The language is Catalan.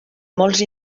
molts